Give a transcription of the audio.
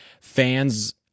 Fans